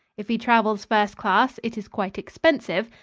if he travels first-class, it is quite expensive,